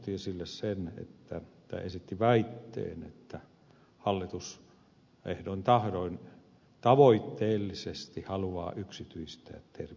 tiusanen aivan aluksi esitti väitteen että hallitus ehdoin tahdoin tavoitteellisesti haluaa yksityistää terveydenhuoltoa